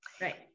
Right